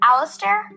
Alistair